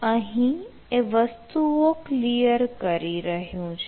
અહીં એ વસ્તુઓ ક્લિયર કરી રહ્યું છે